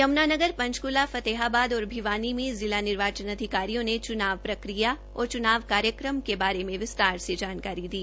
यम्नानगर पंचकूलाफतेहाबाद और भिवानी में जिला निर्वाचन अधिकारियों ने चूनाव प्रक्रिया और चूनाव कार्यक्रम के बारे में विस्तार से जानकारी दी